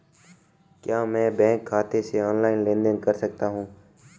क्या मैं बैंक खाते से ऑनलाइन लेनदेन कर सकता हूं?